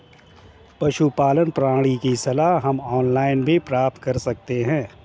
पशुपालन प्रणाली की सलाह हम ऑनलाइन भी प्राप्त कर सकते हैं